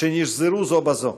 שנשזרו זו בזו: